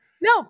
No